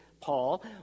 Paul